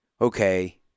okay